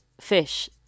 fish